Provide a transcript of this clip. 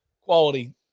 quality